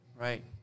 Right